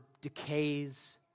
decays